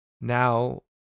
now